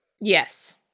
Yes